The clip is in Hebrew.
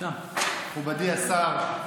מכובדי השר,